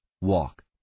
walk